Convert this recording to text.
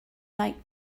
night